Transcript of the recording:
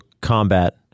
combat